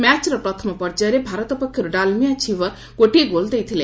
ମ୍ୟାଚର ପ୍ରଥମ ପର୍ଯ୍ୟାୟରେ ଭାରତ ପକ୍ଷରୁ ଡାଲମିଆ ଛିବର ଗୋଟିଏ ଗୋଲ ଦେଇଥିଲେ